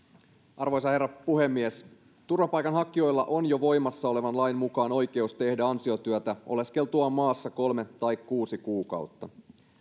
arvoisa herra puhemies turvapaikanhakijoilla on jo voimassa olevan lain mukaan oikeus tehdä ansiotyötä oleskeltuaan maassa kolme tai kuusi kuukautta